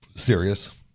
serious